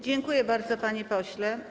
Dziękuję bardzo, panie pośle.